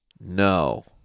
No